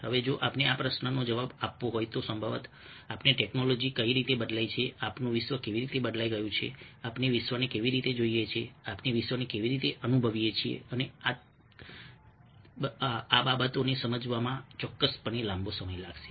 હવે જો આપણે આ પ્રશ્નનો જવાબ આપવો હોય તો સંભવતઃ આપણે ટેક્નોલોજી કેવી રીતે બદલાઈ છે આપણું વિશ્વ કેવી રીતે બદલાઈ ગયું છે આપણે વિશ્વને કેવી રીતે જોઈએ છીએ આપણે વિશ્વને કેવી રીતે અનુભવીએ છીએ અને આ બાબતોને સમજવામાં ચોક્કસપણે લાંબો સમય લાગશે